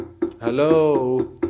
Hello